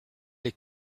est